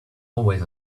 always